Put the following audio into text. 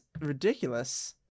ridiculous